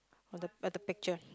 on the on the pictures